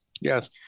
Yes